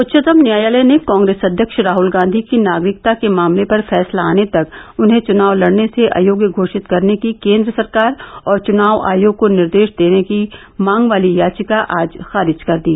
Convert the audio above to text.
उच्चतम न्यायालय ने कांग्रेस अध्यक्ष राहुल गांधी की नागरिकता के मामले पर फैसला आने तक उन्हें चुनाव लड़ने से अयोग्य घोषित करने की केन्द्र सरकार और चुनाव आयोग को निर्देश देने की मांग वाली याचिका आज खारिज कर दी